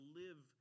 live